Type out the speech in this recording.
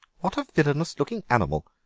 what a villainous-looking animal,